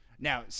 Now